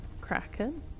kraken